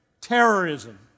terrorism